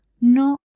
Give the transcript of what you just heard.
No